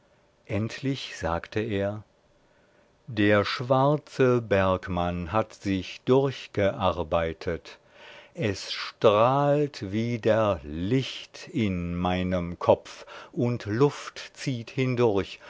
endlich sagte er der schwarze bergmann hat sich durchgearbeitet es strahlt wieder licht in meinen kopf und luft zieht hindurch